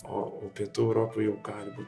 o o pietų europoj jau gali būt